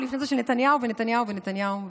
ולפני זה של נתניהו ונתניהו ונתניהו ונתניהו.